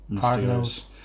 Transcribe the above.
Cardinals